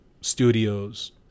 Studios